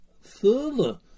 further